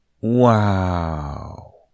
Wow